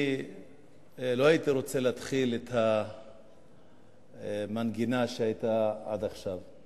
אני לא הייתי רוצה להתחיל את המנגינה שהיתה עד עכשיו,